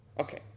Okay